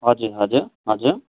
हजुर हजुर हजुर